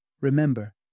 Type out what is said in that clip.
remember